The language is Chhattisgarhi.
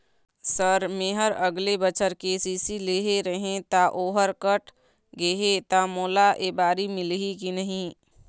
सर मेहर अगले बछर के.सी.सी लेहे रहें ता ओहर कट गे हे ता मोला एबारी मिलही की नहीं?